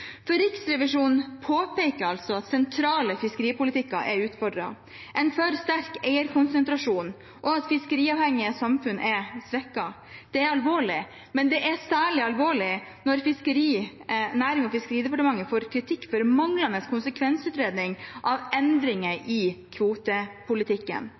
Riksrevisjonen påpeker altså at den sentrale fiskeripolitikken er utfordringen: at det er en for sterk eierkonsentrasjon, og at fiskeriavhengige samfunn er svekket. Det er alvorlig. Det er særlig alvorlig når Nærings- og fiskeridepartementet får kritikk for manglende konsekvensutredning av